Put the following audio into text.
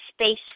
space